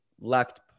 left